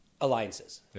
alliances